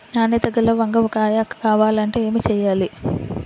నాణ్యత గల వంగ కాయ కావాలంటే ఏమి చెయ్యాలి?